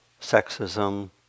sexism